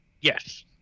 Yes